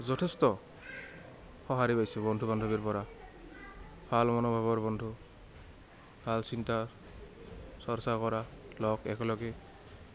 যথেষ্ট সহাৰি পাইছোঁ বন্ধু বান্ধৱীৰ পৰা ভাল মনোভাৱৰ বন্ধু ভাল চিন্তা চৰ্চা কৰা লগ একেলগে